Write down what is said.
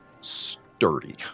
sturdy